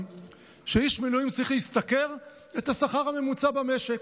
שאיש מילואים צריך להשתכר את השכר הממוצע במשק,